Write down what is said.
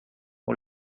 hoe